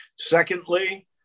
Secondly